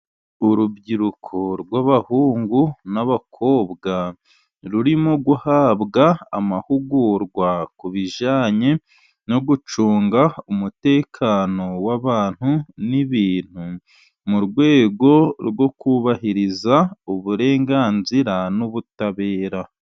Urubyiruko rw'abahungu n'abakobwa rurimo guhabwa amahugurwa ku bijyanye no gucunga umutekano w'abantu n'ibintu, mu rwego rwo kubahiriza uburenganzira n'ubutabera.